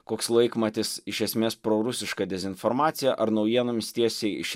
koks laikmatis iš esmės prorusiška dezinformacija ar naujienomis tiesiai iš